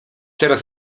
teraz